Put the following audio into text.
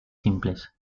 simples